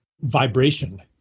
vibration